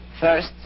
First